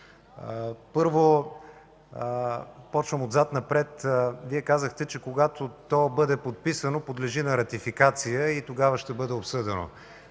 Първо, започвам отзад напред, Вие казахте, че когато то бъде подписано, подлежи на ратификация и тогава ще бъде обсъдено.